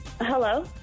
Hello